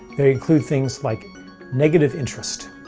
they include things like negative interest,